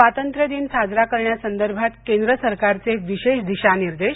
स्वातंत्र्य दिन साजरा करण्यासंदर्भात केंद्र सरकारचे विशेष दिशानिर्देश